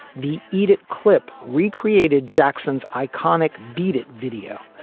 the eat it clip re-created. jackson's iconic beat it video,